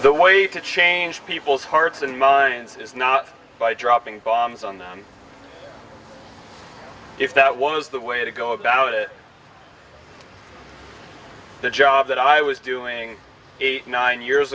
the way to change people's hearts and minds is not by dropping bombs on them if that was the way to go about it the job that i was doing nine years